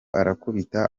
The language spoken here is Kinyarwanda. arakubita